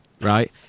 right